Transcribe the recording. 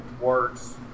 works